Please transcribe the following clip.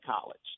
college